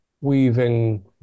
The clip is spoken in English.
weaving